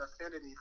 affinity